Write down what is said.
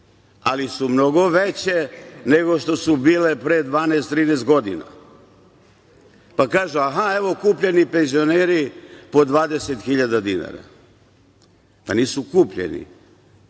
ali su mnogo veće nego što su bile pre 12, 13, godina. Kažu - aha, evo kupljeni penzioneri po 20 hiljada dinara. Nisu kupljeni,